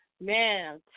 man